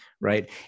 right